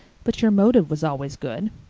but your motive was always good.